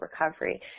recovery